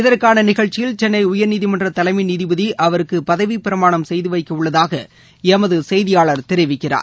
இதற்கான நிகழ்ச்சியில் சென்னை உயர்நீதிமன்ற தலைமை நீதிபதி அவருக்கு பதவிப்பிரமாணம் செய்துவைக்க உள்ளதாக எமது செய்தியாளர் தெரிவிக்கிறார்